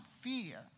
fear